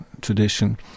tradition